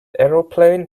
aeroplane